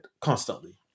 constantly